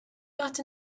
got